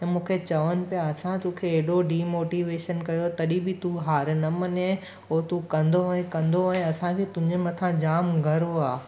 ऐं मूंखे चवनि पिया असां तोखे हेॾो डिमोटिवेशन कयो तॾहिं बि तूं हार न मञे ऐं तूं कंदो वएं कंदो वएं असांखे तुंहिंजे मथां जामु गर्व आहे